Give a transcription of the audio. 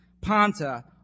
panta